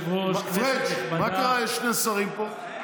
פריג', מה קרה, יש שני שרים פה?